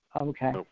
Okay